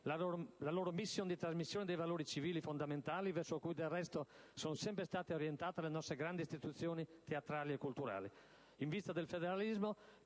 la loro *mission* di trasmissione dei valori civili fondamentali verso cui, del resto, sono sempre state orientate le nostre grandi istituzioni teatrali e culturali.